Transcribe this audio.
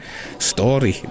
story